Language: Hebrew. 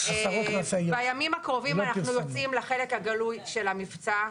בימים הקרובים אנחנו יוצאים לחלק הגלוי של המבצע,